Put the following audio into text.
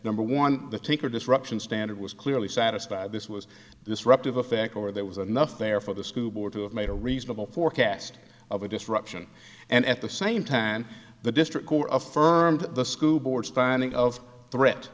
number one the teacher disruption standard was clearly satisfied this was disruptive effect or there was enough there for the school board to have made a reasonable forecast of a disruption and at the same time the district court affirmed the school board standing of th